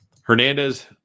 Hernandez